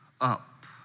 up